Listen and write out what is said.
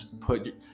put